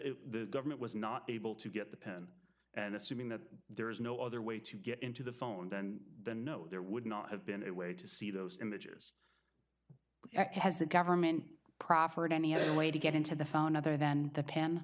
assuming the government was not able to get the pen and assuming that there is no other way to get into the phone then the know there would not have been a way to see those images has the government proffered any other way to get into the phone other than the pen